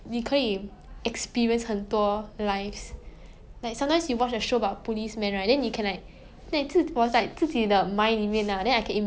因为 like yeah cause got so much possibility you know like you watch one show then you dream of like 当警察 then you watch another show 当律师